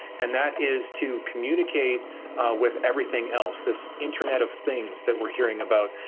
and that is to communicate with everything else, this internet of things that we're hearing about,